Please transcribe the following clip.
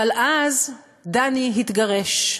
אבל אז דני התגרש,